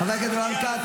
חבר הכנסת רון כץ,